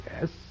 Yes